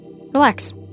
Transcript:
Relax